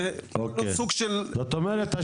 זאת אומרת,